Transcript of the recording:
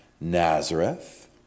Nazareth